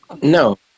No